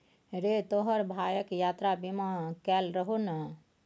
रे तोहर भायक यात्रा बीमा कएल रहौ ने?